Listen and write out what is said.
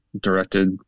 directed